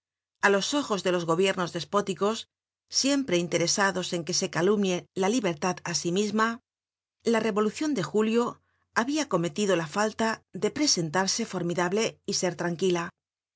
a los ojos de los gohiernos despóticos siempre interesados en que se calumnie la libertad á sí misma la revolucion de julio habia cometido la falta de presentarse formidable y ser tranquila